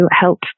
help